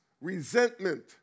Resentment